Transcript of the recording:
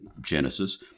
Genesis